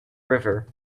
river